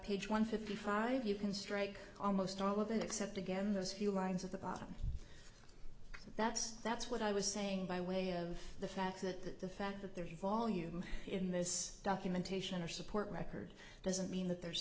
page one fifty five you can strike almost all of it except again those few lines at the bottom that's that's what i was saying by way of the fact that the fact that there's a volume in this documentation or support record doesn't mean that there's